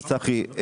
צחי,